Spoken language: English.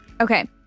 Okay